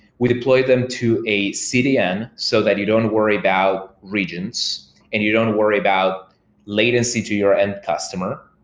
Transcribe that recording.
we deploy them to a cdn so that you don't worry about regions and you don't worry about latency to your end customer.